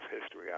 history